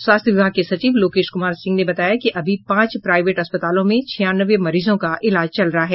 स्वास्थ्य विभाग के सचिव लोकेश कुमार सिंह ने बताया कि अभी पांच प्राईवेट अस्पतालों में छियानवे मरीजों का इलाज चल रहा है